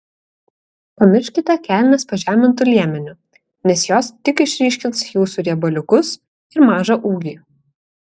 pamirškite kelnes pažemintu liemeniu nes jos tik išryškins jūsų riebaliukus ir mažą ūgį